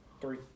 Three